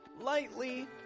lightly